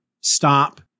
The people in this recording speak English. stop